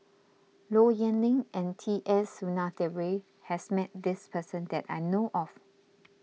Low Yen Ling and T S Sinnathuray has met this person that I know of